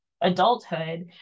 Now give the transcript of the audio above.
adulthood